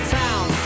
town